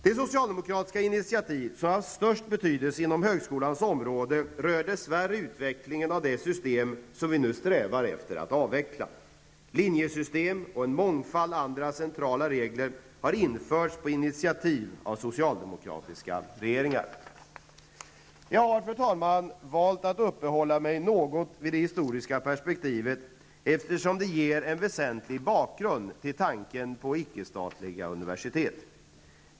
Det socialdemokratiska initiativ som har haft störst betydelse inom högskolans område rör dess värre utvecklingen av det system som vi nu strävar efter att avveckla. Linjesystem och en mångfald andra centrala regler har införts på initiativ av socialdemokratiska regeringar. Jag har, fru talman, valt att uppehålla mig något vid det historiska perspektivet, eftersom det ger en väsentlig bakgrund till tanken på icke-statliga universitet.